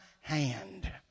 hand